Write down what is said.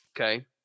okay